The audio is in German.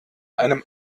einem